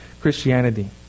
Christianity